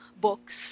books